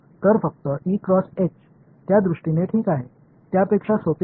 तर फक्त त्या दृष्टीने ठीक आहे त्यापेक्षा सोपे नाही